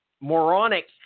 moronic